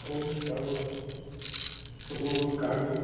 हो जाऊ ना टूर वूर काढू